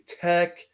tech